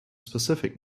specific